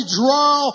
draw